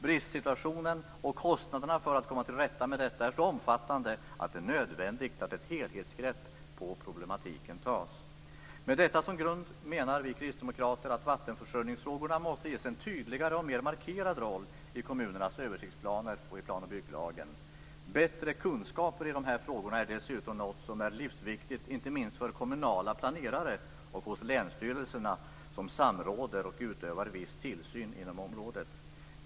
Bristsituationen och kostnaderna för att komma till rätta med detta är så omfattande att det är nödvändigt att ett helhetsgrepp på problematiken tas. Med detta som grund menar vi kristdemokrater att vattenförsörjningsfrågorna måste ges en tydligare och mer markerad roll i kommunernas översiktsplaner och i plan och bygglagen. Bättre kunskaper i de här frågorna är dessutom något som är livsviktigt, inte minst för kommunala planerare och hos länsstyrelserna som samråder och utövar viss tillsyn inom området.